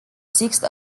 sixth